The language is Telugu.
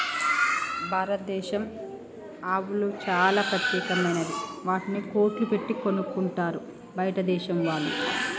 భారతదేశం ఆవులు చాలా ప్రత్యేకమైనవి వాటిని కోట్లు పెట్టి కొనుక్కుంటారు బయటదేశం వాళ్ళు